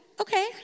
okay